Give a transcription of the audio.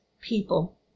people